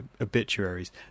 obituaries